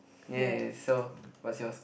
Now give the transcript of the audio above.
ya so what's yours